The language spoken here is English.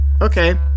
Okay